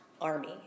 army